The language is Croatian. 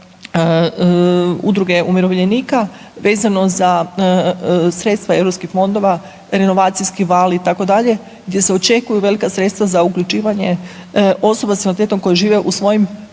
angažman Udruge umirovljenika vezano za sredstva EU fondova, renovacijski val, itd., gdje se očekuju velika sredstva za uključivanje osoba s invaliditetom koja žive u svojim